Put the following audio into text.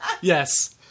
Yes